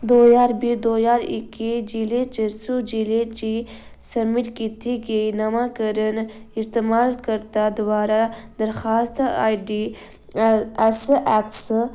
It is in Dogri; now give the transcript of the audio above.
दो ज्हार बीह् दो ज्हार इक्की जिले च सू जिले च सब्मिट कीती गेई नमांकरण इस्तेमालकर्ता द्वारा दरखास्त आईडी ऐस्स ऐक्स